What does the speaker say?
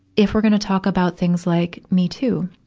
if we're gonna talk about things like me too,